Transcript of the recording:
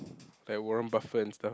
like Warren-Buffet and stuff